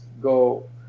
go